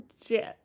legit